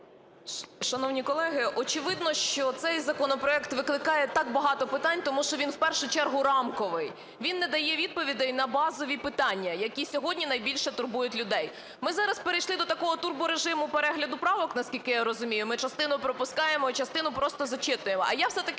Шановні колеги, очевидно, що цей законопроект викликає так багато питань, тому що він в першу чергу рамковий. Він не дає відповідей на базові питання, які сьогодні найбільше турбують людей. Ми зараз перейшли до такого турборежиму перегляду правок, наскільки я розумію, ми частину пропускаємо, а частину просто зачитуємо. А я все-таки